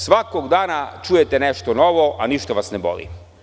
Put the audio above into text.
Svakog dana čujete nešto novo, a ništa vas ne boli.